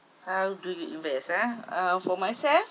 how do you invest ah for myself